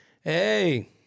Hey